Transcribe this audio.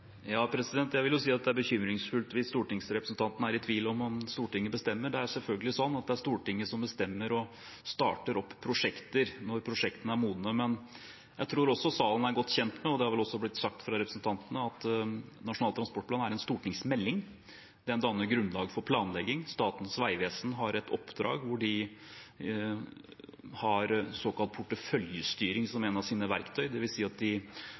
Ja, jeg vil si det er bekymringsfullt hvis stortingsrepresentanten er i tvil om om Stortinget bestemmer. Det er selvfølgelig sånn at det er Stortinget som bestemmer, og som starter opp prosjekter når prosjektene er modne. Jeg tror også salen er godt kjent med – og det er vel også blitt sagt fra representantene – at Nasjonal transportplan er en stortingsmelding. Den danner grunnlag for planlegging. Statens vegvesen har et oppdrag hvor de har såkalt porteføljestyring som et av sine verktøy. Det vil si at de